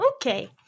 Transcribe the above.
Okay